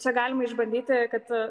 čia galima išbandyti kad